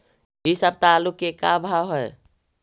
इ सप्ताह आलू के का भाव है?